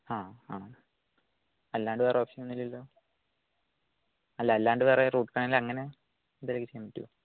ആ ആ അല്ലാണ്ട് വേറെ ഓപ്ഷനൊന്നുമില്ലല്ലോ അല്ല അല്ലാണ്ട് വേറെ റൂട്ട് കനാലങ്ങനെ എന്തേലും ഒക്കെ ചെയ്യാൻ പറ്റുമോ